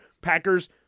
Packers